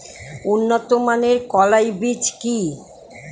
উন্নত মানের কলাই বীজ কি?